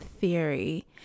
theory